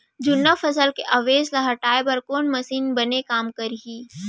जुन्ना फसल के अवशेष ला हटाए बर कोन मशीन बने काम करही?